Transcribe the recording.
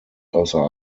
außer